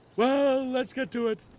well. let's get to it.